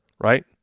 right